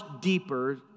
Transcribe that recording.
deeper